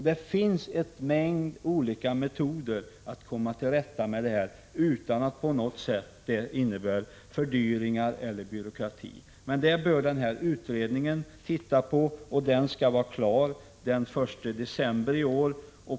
Det finns en mängd olika metoder att komma till rätta med saken utan att det på något sätt innebär fördyringar eller byråkrati. Men detta bör utredningen se på, och den skall vara klar den 1 december i år.